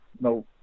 no